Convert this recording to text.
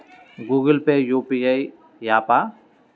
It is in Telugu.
గూగుల్ పే యూ.పీ.ఐ య్యాపా?